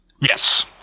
yes